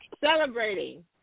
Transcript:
celebrating